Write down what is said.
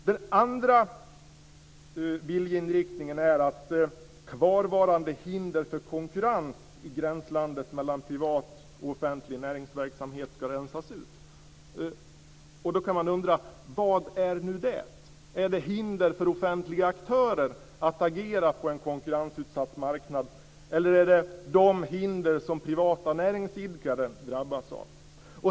Den andra viljeinriktningen är att kvarvarande hinder för konkurrens i gränslandet mellan privat och offentlig näringsverksamhet ska rensas ut. Då kan man undra: Vad är nu det? Är det hinder för offentliga aktörer att agera på en konkurrensutsatt marknad? Eller är det de hinder som privata näringsidkare drabbas av?